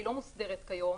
היא לא מוסדרת כיום.